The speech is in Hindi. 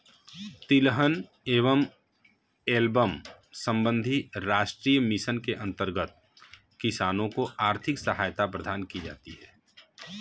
तिलहन एवं एल्बम संबंधी राष्ट्रीय मिशन के अंतर्गत किसानों को आर्थिक सहायता प्रदान की जाती है